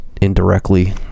indirectly